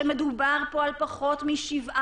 כשמדובר פה על פחות מ-7%,